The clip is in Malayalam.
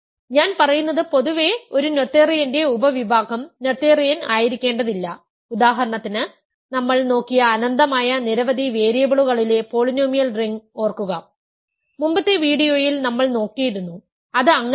ഞാൻ പറയുന്നത് പൊതുവേ ഒരു നോതേറിയന്റെ ഉപവിഭാഗം നോതെറിയൻ ആയിരിക്കേണ്ടതില്ല ഉദാഹരണത്തിന് നമ്മൾ നോക്കിയ അനന്തമായ നിരവധി വേരിയബിളുകളിലെ പോളിനോമിയൽ റിംഗ് ഓർക്കുക മുമ്പത്തെ വീഡിയോയിൽ നമ്മൾ നോക്കിയിരുന്നു അത് അങ്ങനെയല്ല